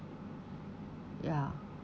ya